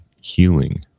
healing